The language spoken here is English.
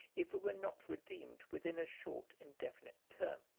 if it were not redeemed within a short and definite term.